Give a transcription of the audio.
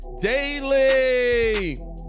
Daily